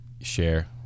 share